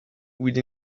with